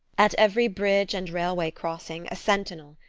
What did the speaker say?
at every bridge and railway-crossing a sentinel,